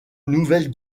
nouvelle